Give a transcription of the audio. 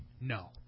No